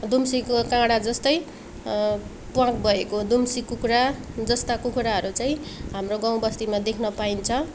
दुम्सीको काँडा जस्तै प्वाँख भएको दुम्सी कुखुरा जस्ता कुखुराहरू चाहिँ हाम्रो गाउँ बस्तीमा देख्न पाइन्छ